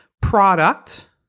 product